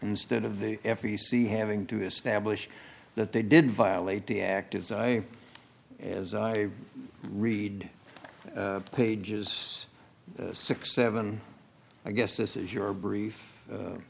instead of the f e c having to establish that they did violate the act as i as i read the pages six seven i guess this is your brief